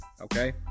Okay